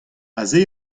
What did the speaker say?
aze